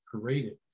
created